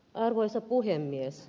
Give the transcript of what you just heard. arvoisa puhemies